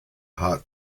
hot